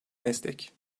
meslek